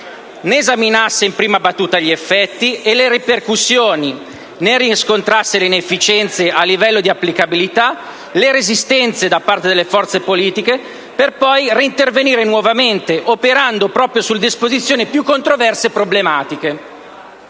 ne esaminasse in prima battuta gli effetti e le ripercussioni, ne riscontrasse le inefficienze a livello di applicabilità, le resistenze da parte delle forze politiche per poi reintervenire nuovamente, operando proprio sulle disposizioni più controverse o problematiche.